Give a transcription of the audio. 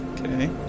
Okay